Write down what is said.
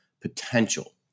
potential